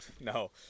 No